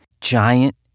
giant